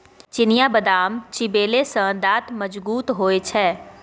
चिनियाबदाम चिबेले सँ दांत मजगूत होए छै